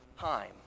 time